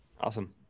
Awesome